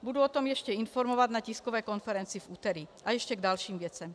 Budu o tom ještě informovat na tiskové konferenci v úterý, a ještě k dalším věcem.